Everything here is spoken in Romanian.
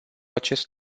acest